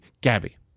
Gabby